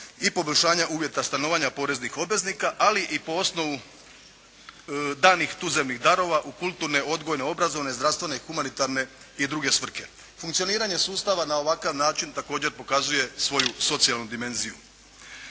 i poboljšanja uvjeta stanovanja poreznih obveznika ali i po osnovu danih tuzemnih darova u kulturne, odgojno-obrazovne, zdravstvene i humanitarne i druge svrhe. Funkcioniranje sustava na ovakav način također pokazuje svoju socijalnu dimenziju.